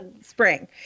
spring